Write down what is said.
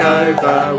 over